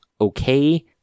Okay